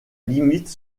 limite